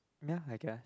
ya I guess